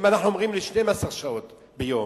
אם אנחנו אומרים ל-12 שעות ביום,